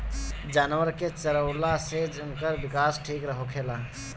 जानवर के चरवला से उनकर विकास ठीक होखेला